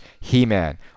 He-Man